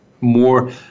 more